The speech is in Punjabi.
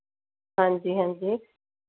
ਹਾਂਜੀ ਹਾਂਜੀ